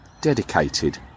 dedicated